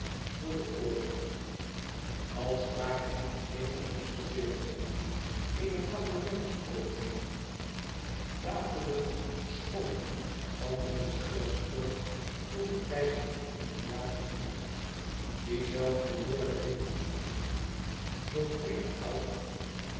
voor den oorlog als ware het eene hoogste ceremonie eene parlementsopening daverden schoten van wenceslas fort toen de keizer het imperiaal verliet die zelfde noordewind zoo vreemd koud